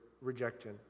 rejection